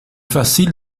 facile